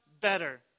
Better